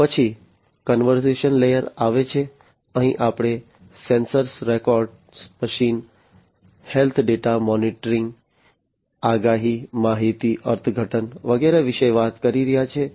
પછી conversion layer આવે છે અહીં આપણે sensor records machine health data monitoring આગાહી માહિતી અર્થઘટન વગેરે વિશે વાત કરી રહ્યા છીએ